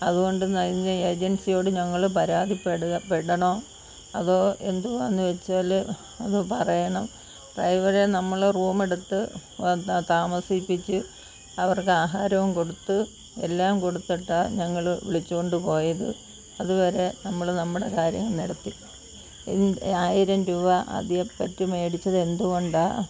അതുകൊണ്ട് ഞങ്ങൾ ഏജൻസിയോട് ഞങ്ങൾ പരാതിപ്പെടാം പെടണോ അതോ എന്തുവാണെന്ന് വച്ചാൽ ഒന്ന് പറയണം ഡ്രൈവറെ നമ്മൾ റൂമെടുത്ത് അതാ താമസിപ്പിച്ച് അവർക്ക് ആഹാരവും കൊടുത്ത് എല്ലാം കൊടുത്തിട്ടാണ് ഞങ്ങൾ വിളിച്ച് കൊണ്ട് പോയത് അതുവരെ നമ്മൾ നമ്മുടെ കാര്യം നടത്തി ഈ ആയിരം രൂപ അധിക പറ്റ് മേടിച്ചത് എന്തുകൊണ്ടാണ്